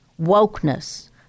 wokeness